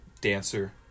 dancer